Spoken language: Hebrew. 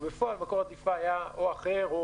ובפועל מקור הדליפה היה או אחר.